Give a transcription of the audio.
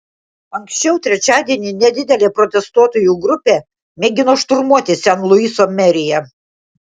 anksčiau trečiadienį nedidelė protestuotojų grupė mėgino šturmuoti sen luiso meriją